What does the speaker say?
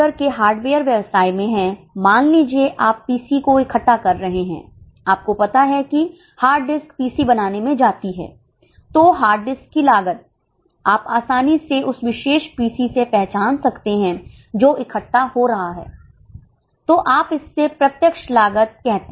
के हार्डवेयर व्यवसाय में हैं मान लीजिए आप पीसी को इकट्ठा कर रहे हैं आपको पता है कि हार्ड डिस्क पीसी बनाने में जाती है तो हार्ड डिस्क की लागत आप आसानी से उस विशेष पीसी से पहचान सकते हैं जो इकट्ठा हो रहा है तो आप इसे प्रत्यक्ष लागत कहते हैं